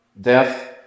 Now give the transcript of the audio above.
death